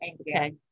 Okay